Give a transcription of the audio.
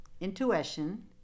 Intuition